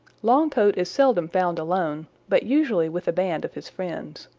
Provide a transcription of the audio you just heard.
longcoat is seldom found alone, but usually with a band of his friends.